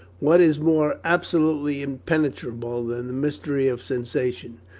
what is more absolutely impenetrable than the mystery of sensation?